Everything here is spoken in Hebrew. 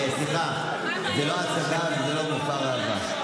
סליחה, זו לא הצגה וזה לא דוכן ראווה.